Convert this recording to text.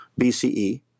BCE